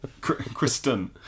Kristen